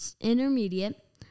Intermediate